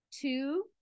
Two